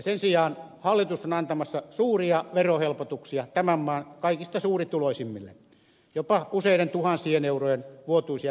sen sijaan hallitus on antamassa suuria verohelpotuksia tämän maan kaikista suurituloisimmille jopa useiden tuhansien eurojen vuotuisia verohelpotuksia